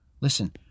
Listen